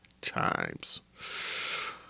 times